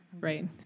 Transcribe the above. right